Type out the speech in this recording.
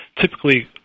typically